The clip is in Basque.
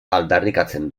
aldarrikatzen